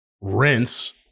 rinse